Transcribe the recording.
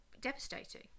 devastating